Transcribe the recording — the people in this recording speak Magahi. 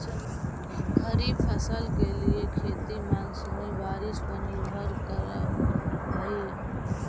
खरीफ फसल के लिए खेती मानसूनी बारिश पर निर्भर करअ हई